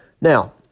Now